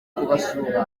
kubasura